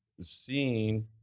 seeing